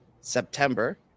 September